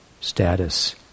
status